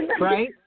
Right